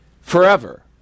forever